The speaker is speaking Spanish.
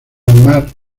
mar